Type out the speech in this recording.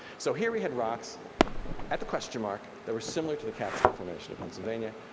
so here we had rocks at the question mark that were similar to the catskill formation of pennsylvania.